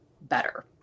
better